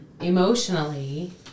emotionally